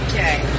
Okay